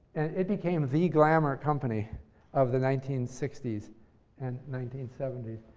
it became the glamour company of the nineteen sixty s and nineteen seventy